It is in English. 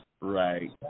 right